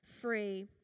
free